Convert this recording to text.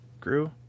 Grew